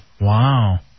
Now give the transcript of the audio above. Wow